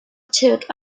took